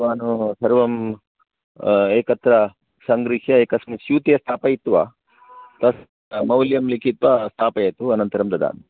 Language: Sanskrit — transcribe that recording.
भवान् सर्वं एकत्र सङ्गृह्य एकस्मिन् स्यूते स्थापयित्वा तत् मौल्यं लिखित्वा स्थापयतु अनन्तरं ददामि